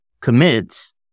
commits